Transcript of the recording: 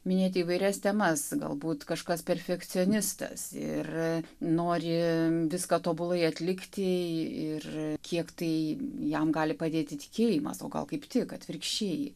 minėti įvairias temas galbūt kažkas perfekcionistas ir nori viską tobulai atlikti ir kiek tai jam gali padėti tikėjimas o gal kaip tik atvirkščiai